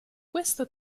questo